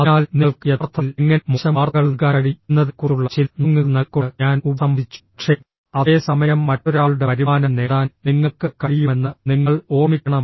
അതിനാൽ നിങ്ങൾക്ക് യഥാർത്ഥത്തിൽ എങ്ങനെ മോശം വാർത്തകൾ നൽകാൻ കഴിയും എന്നതിനെക്കുറിച്ചുള്ള ചില നുറുങ്ങുകൾ നൽകിക്കൊണ്ട് ഞാൻ ഉപസംഹരിച്ചു പക്ഷേ അതേ സമയം മറ്റൊരാളുടെ വരുമാനം നേടാൻ നിങ്ങൾക്ക് കഴിയുമെന്ന് നിങ്ങൾ ഓർമ്മിക്കണം